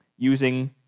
using